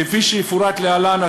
כפי שיפורט להלן,